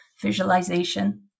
visualization